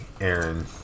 Aaron